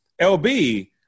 lb